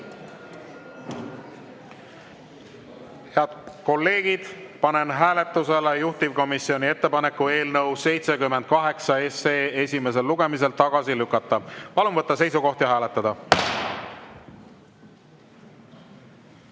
kolleegid, panen hääletusele juhtivkomisjoni ettepaneku eelnõu 73 esimesel lugemisel tagasi lükata. Palun võtta seisukoht ja hääletada!